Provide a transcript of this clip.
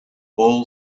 all